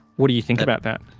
what do you think about that?